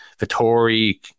Vittori